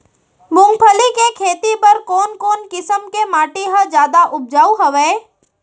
मूंगफली के खेती बर कोन कोन किसम के माटी ह जादा उपजाऊ हवये?